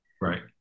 right